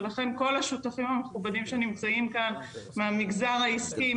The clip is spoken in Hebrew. ולכן כל השותפים המכובדים שנמצאים כאן מהמגזר העסקי,